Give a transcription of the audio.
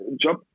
Job